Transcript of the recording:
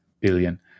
billion